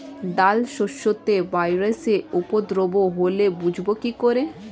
ডাল শস্যতে ভাইরাসের উপদ্রব হলে বুঝবো কি করে?